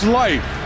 life